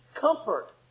comfort